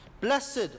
Blessed